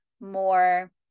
more